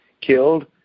killed